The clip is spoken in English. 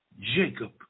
Jacob